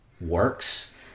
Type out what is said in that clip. works